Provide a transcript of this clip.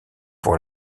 pour